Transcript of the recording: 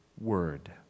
word